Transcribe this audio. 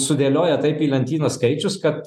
sudėlioja taip į lentynas skaičius kad